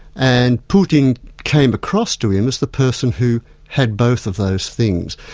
and putin came across to him as the person who had both of those things.